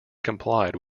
complied